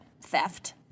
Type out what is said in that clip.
theft